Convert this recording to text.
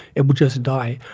it would just die.